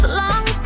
long